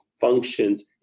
functions